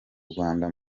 rwanda